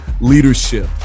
leadership